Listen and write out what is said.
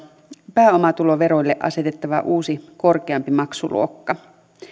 pääomatuloveroille asetettava uusi korkeampi maksuluokka